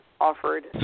offered